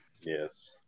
Yes